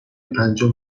پنجم